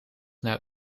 naar